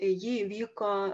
ji įvyko